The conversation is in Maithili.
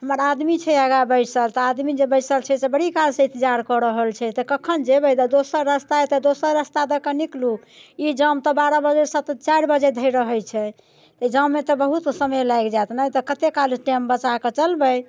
हमर आदमी छै आगाँ बैसल तऽ आदमी जे बैसल छै से बड़ी कालसँ इन्तजार कऽ रहल छै तऽ कखन जेबै जँ दोसर रस्ता अइ तऽ दोसर रस्ता दऽ कऽ निकलू ई जाम तऽ बारह बजेजँ तऽ चारि बजे धरि रहै छै एहि जाममे तऽ बहुत समय लागि जाएत ने कतेक काल टाइम बचाकऽ चलबै